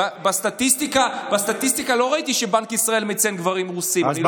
בסטטיסטיקה לא ראיתי שבנק ישראל מציין גברים רוסים.